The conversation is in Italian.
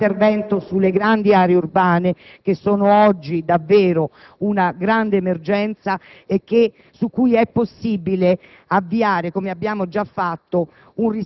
rafforzare un programma d'intervento sulle grandi aree urbane che rappresentano oggi una grande emergenza e su cui è possibile